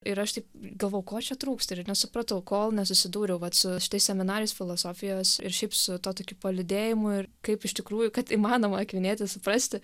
ir aš taip galvojau ko čia trūksta ir nesupratau kol nesusidūriau su šitais seminarais filosofijos ir šiaip su tuo tokiu palydėjimu ir kaip iš tikrųjų kad įmanoma akvinietį suprasti